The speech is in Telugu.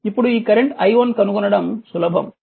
ఇప్పుడు ఈ కరెంట్ i1 కనుగొనడం సులభం